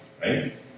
right